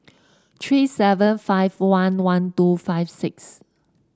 three seven five one one two five six